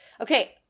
Okay